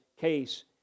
case